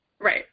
Right